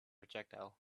projectile